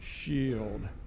shield